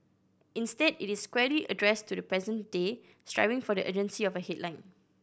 instead it is squarely addressed to the present day striving for the urgency of a headline